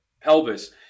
pelvis